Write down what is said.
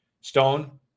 Stone